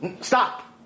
stop